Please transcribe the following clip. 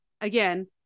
again